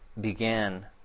began